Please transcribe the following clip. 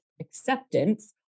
acceptance